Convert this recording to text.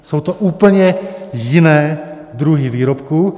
Jsou to úplně jiné druhy výrobků.